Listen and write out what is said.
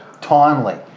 Timely